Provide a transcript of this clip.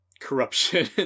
corruption